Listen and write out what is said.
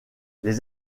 les